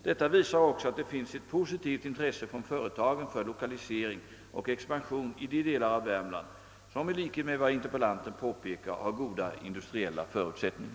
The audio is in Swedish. Detta visar också att det finns ett positivt intresse från företagen för lokalisering och expansion i de delar av Värmland som — i likhet med vad interpellanten påpekar — har goda industriella förutsättningar.